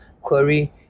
query